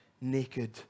naked